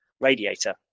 radiator